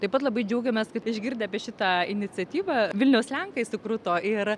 taip pat labai džiaugiamės kad išgirdę apie šitą iniciatyvą vilniaus lenkai sukruto ir